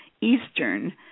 Eastern